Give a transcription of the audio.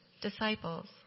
disciples